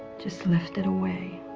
just left it away